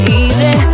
easy